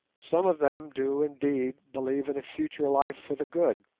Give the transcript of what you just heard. some of them do indeed believe in a future life for the good